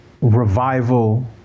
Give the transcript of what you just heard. revival